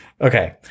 Okay